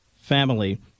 family